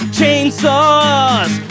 Chainsaws